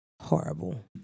horrible